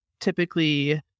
typically